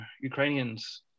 Ukrainians